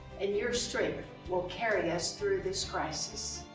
and your strength will carry us through this crisis.